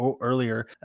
earlier